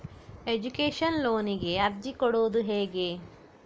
Education ಲೋನಿಗೆ ಅರ್ಜಿ ಕೊಡೂದು ಹೇಗೆ?